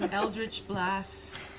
but eldritch blast,